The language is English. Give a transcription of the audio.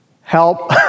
help